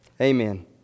Amen